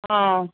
ହଁ